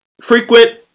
Frequent